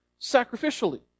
sacrificially